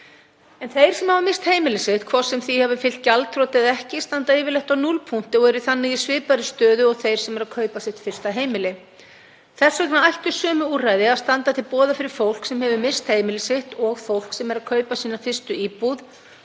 En þeir sem hafa misst heimili sitt, hvort sem því hafa fylgt gjaldþrot eða ekki, standa yfirleitt á núllpunkti og eru þannig í svipaðri stöðu og þeir sem eru að kaupa sitt fyrsta heimili. Þess vegna ættu sömu úrræði að standa til boða fyrir fólk sem misst hefur heimili sitt og fólk sem er að kaupa sína fyrstu íbúð,